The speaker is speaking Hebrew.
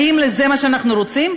האם זה מה שאנחנו רוצים?